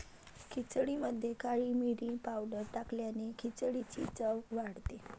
खिचडीमध्ये काळी मिरी पावडर टाकल्याने खिचडीची चव वाढते